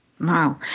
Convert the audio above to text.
Wow